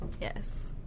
Yes